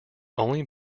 only